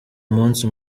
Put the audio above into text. munsi